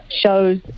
shows